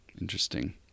Interesting